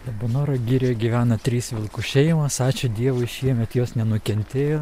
labanoro girioj gyvena trys vilkų šeimos ačiū dievui šiemet jos nenukentėjo